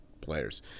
players